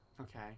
okay